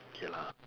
okay lah